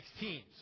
2016